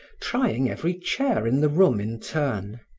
trying every chair in the room in turn.